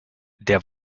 der